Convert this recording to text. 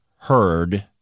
heard